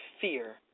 fear